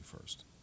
first